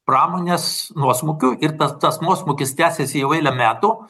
pramonės nuosmukiu ir tas nuosmukis tęsiasi jau eilę metų